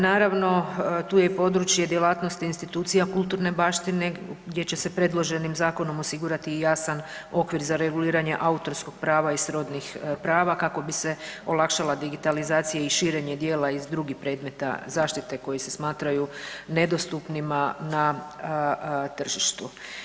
Naravno tu je i područje djelatnosti institucija kulturne baštine gdje će se predloženim zakonom osigurati i jasan okvir za reguliranje autorskog prava i srodnih prava kako bi se olakšala digitalizacija i širenje djela iz drugih predmeta zaštite koji se smatraju nedostupnima na tržištu.